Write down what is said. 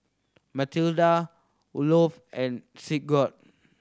Matilda Olof and Sigurd